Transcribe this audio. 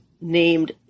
named